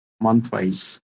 month-wise